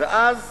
ואז